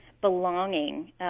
belonging